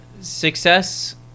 Success